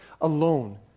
alone